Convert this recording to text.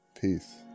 peace